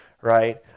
right